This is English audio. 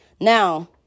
Now